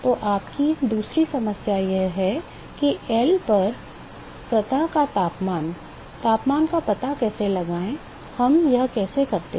तो आपकी दूसरी समस्या यह है कि L पर सतह का तापमान तापमान का पता कैसे लगाया जाए हम यह कैसे करते हैं